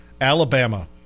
Alabama